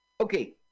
Okay